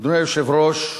אדוני היושב-ראש,